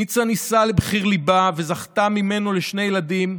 ניצה נישאה לבחיר ליבה וזכתה ממנו לשני ילדים,